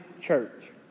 Church